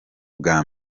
bwa